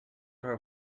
her